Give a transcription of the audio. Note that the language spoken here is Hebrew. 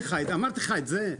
אמרתי לך את זה?